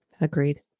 Agreed